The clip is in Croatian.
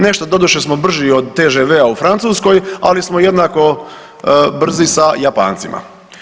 Nešto doduše smo brži od TGV-a u Francuskoj, ali smo jednako brzi sa Japancima.